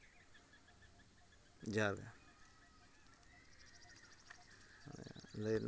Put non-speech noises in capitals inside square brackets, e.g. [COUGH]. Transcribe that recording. ᱡᱚᱦᱟᱨ ᱜᱮ ᱞᱟᱹᱭ [UNINTELLIGIBLE]